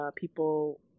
people